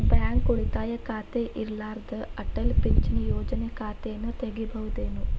Bank ಉಳಿತಾಯ ಖಾತೆ ಇರ್ಲಾರ್ದ ಅಟಲ್ ಪಿಂಚಣಿ ಯೋಜನೆ ಖಾತೆಯನ್ನು ತೆಗಿಬಹುದೇನು?